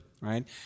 right